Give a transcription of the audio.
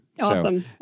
Awesome